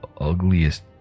ugliest